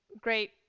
great